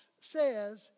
says